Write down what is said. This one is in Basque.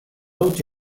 huts